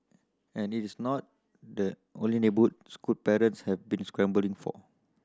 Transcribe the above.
and it is not the only school parents had been scrambling for